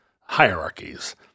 hierarchies